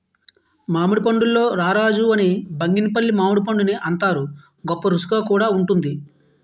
మామిడి పండుల్లో రారాజు అని బంగినిపల్లి మామిడిపండుని అంతారు, గొప్పరుసిగా కూడా వుంటుంది